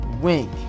wink